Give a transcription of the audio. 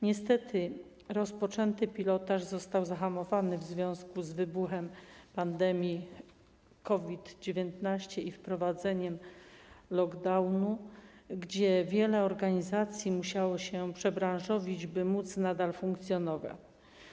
Niestety rozpoczęty pilotaż został zahamowany w związku z wybuchem pandemii COVID-19 i wprowadzeniem lockdownu, gdzie wiele organizacji musiało się przebranżowić, by móc nadal funkcjonować.